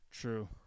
True